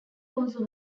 also